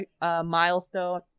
milestone